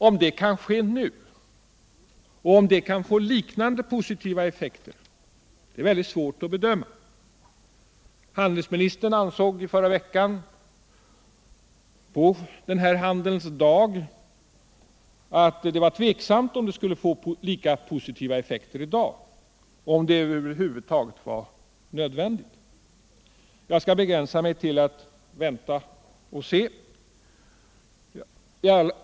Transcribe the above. Om det kan ske även nu, och om det kan få liknande positiva effekter som då, är svårt att bedöma. Handelsministern ansåg på Handelns dag i förra veckan att det var tveksamt om det skulle kunna få lika positiva effekter i dag och om det över huvud taget var nödvändigt. Jag skall begränsa mig till att vänta och se.